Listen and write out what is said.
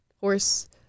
horse